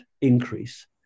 increase